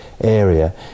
area